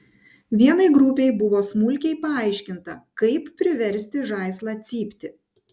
vienai grupei buvo smulkiai paaiškinta kaip priversti žaislą cypti